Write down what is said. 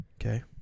Okay